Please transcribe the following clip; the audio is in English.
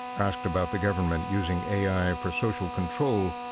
asked about the government using a i. for social control,